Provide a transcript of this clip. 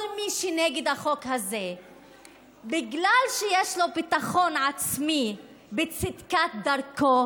כל מי שנגד החוק הזה בגלל שיש לו ביטחון עצמי בצדקת דרכו